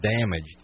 damaged